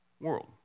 world